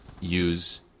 use